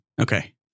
Okay